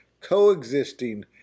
coexisting